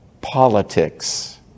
politics